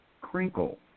crinkle